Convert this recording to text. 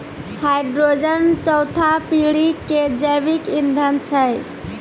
hydrogen चौथा पीढ़ी के जैविक ईंधन छै